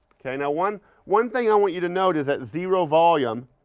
okay, now one one thing i want you to know is that zero volume,